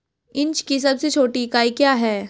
Inch की सबसे छोटी इकाई क्या है?